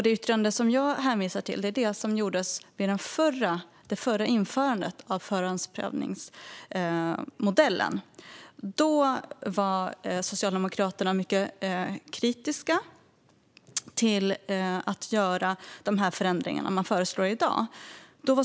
Det yttrande som jag hänvisade till var det som gjordes vid det förra införandet av förhandsprövningsmodellen. Då var Socialdemokraterna mycket kritiska till att göra de förändringar som man föreslår i dag.